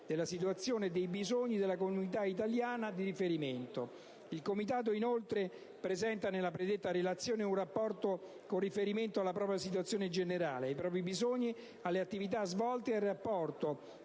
della situazione e dei bisogni della comunità italiana di riferimento. Il Comitato, inoltre, presenta nella predetta relazione un rapporto con riferimento alla propria situazione generale, ai propri bisogni, alle attività svolte ed al rapporto